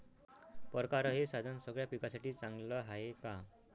परकारं हे साधन सगळ्या पिकासाठी चांगलं हाये का?